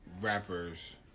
rappers